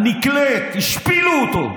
הנקלית, השפילו אותו.